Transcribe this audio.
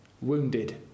wounded